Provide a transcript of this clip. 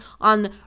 on